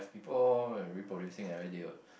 people all reproducing everyday what